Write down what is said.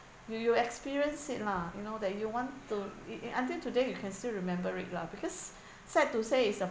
you you experience it lah you know that you want to it it until today you can still remember it lah because sad to say it's a